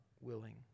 willing